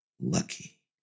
lucky